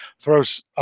throws, –